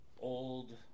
old